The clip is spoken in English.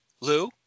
Lou